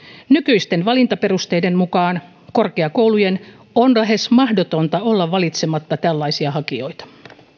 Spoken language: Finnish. nykyisten valintaperusteiden mukaan korkeakoulujen on lähes mahdotonta olla valitsematta tällaisia hakijoita